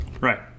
Right